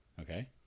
Okay